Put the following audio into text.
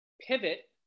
pivot